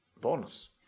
bonus